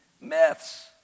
myths